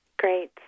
Great